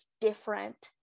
different